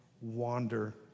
wander